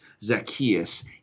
Zacchaeus